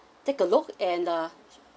take a look and uh